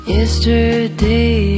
Yesterday